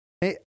Hey